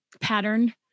pattern